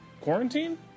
quarantine